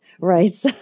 right